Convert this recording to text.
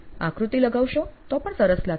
આકૃતિ લગાવશો તો પણ સરસ લાગશે